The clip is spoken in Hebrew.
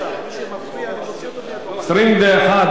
21 בעד, אין מתנגדים, אין נמנעים.